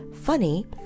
Funny